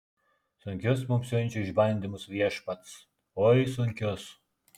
sunkius mums siunčia išbandymus viešpats oi sunkius